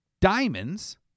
diamonds